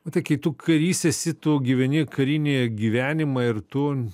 nu tai kai tu karys esi tu gyveni karinėje gyvenimą ir tu